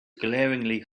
glaringly